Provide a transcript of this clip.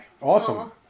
Awesome